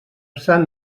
sant